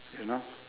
you know